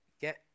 get